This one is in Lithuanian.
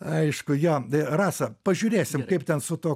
aišku jo rasa pažiūrėsim kaip ten su tuo